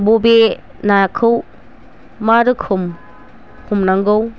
बबे नाखौ मा रोखोम हमनांगौ